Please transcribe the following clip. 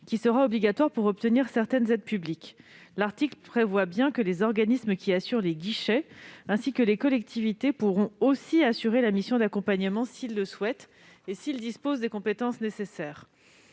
lequel sera obligatoire pour obtenir certaines aides publiques. Les organismes qui tiennent les guichets, ainsi que les collectivités, pourront aussi assurer la mission d'accompagnement, s'ils le souhaitent et s'ils disposent des compétences requises.